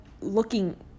looking